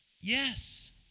Yes